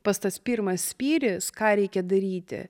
pats tas pirmas spyris ką reikia daryti